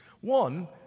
One